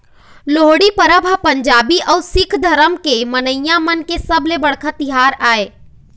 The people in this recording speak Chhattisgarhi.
लोहड़ी परब ह पंजाबी अउ सिक्ख धरम के मनइया मन के सबले बड़का तिहार आय